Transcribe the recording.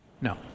No